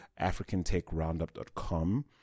africantechroundup.com